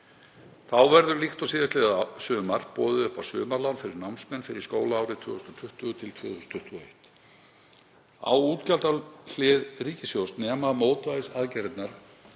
Þá verður líkt og síðastliðið sumar boðið upp á sumarlán fyrir námsmenn fyrir skólaárið 2020–2021. Á útgjaldahlið ríkissjóðs nema mótvægisaðgerðirnar